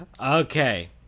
Okay